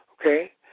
okay